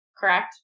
correct